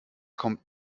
kommt